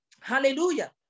hallelujah